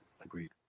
agreed